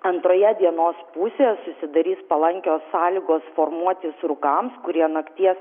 antroje dienos pusėje susidarys palankios sąlygos formuotis rūkams kurie nakties